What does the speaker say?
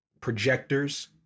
projectors